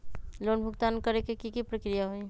Loan भुगतान करे के की की प्रक्रिया होई?